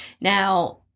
now